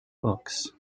books